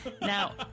Now